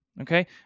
okay